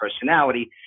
personality